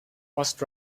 must